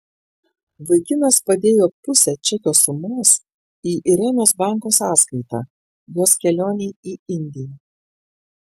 vaikinas padėjo pusę čekio sumos į irenos banko sąskaitą jos kelionei į indiją